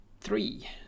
three